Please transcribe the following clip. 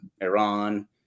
Iran